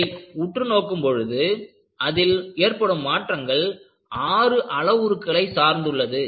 இதை உற்று நோக்கும் பொழுது அதில் ஏற்படும் மாற்றங்கள் ஆறு அளவுருக்களை சார்ந்துள்ளது